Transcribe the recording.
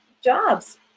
jobs